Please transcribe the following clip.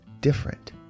different